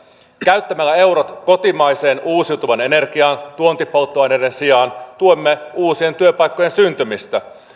käyttämällä eurot kotimaiseen uusiutuvaan energiaan tuontipolttoaineiden sijaan tuemme uusien työpaikkojen syntymistä